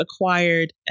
acquired